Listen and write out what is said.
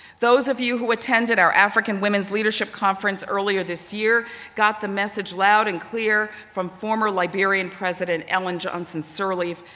those of you who attended our african women's leadership conference earlier this year got this message loud and clear from former liberian president ellen johnson sirleaf,